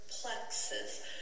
plexus